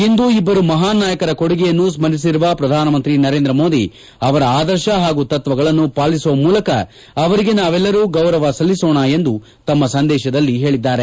ಇಂದು ಇಬ್ಲರು ಮಹಾನ್ ನಾಯಕರ ಕೊಡುಗೆಯನ್ನು ಸ್ಪರಿಸಿರುವ ಪ್ರಧಾನಮಂತ್ರಿ ನರೇಂದ್ರ ಮೋದಿ ಅವರ ಆದರ್ಶ ಹಾಗೂ ತತ್ನಗಳನ್ನು ಪಾಲಿಸುವ ಮೂಲಕ ಅವರಿಗೆ ನಾವೆಲ್ಲರೂ ಗೌರವ ಸಲ್ಲಿಸೋಣ ಎಂದು ತಮ್ನ ಸಂದೇಶದಲ್ಲಿ ಹೇಳಿದ್ದಾರೆ